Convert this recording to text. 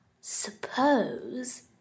Suppose